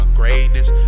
greatness